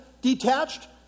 detached